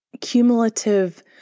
cumulative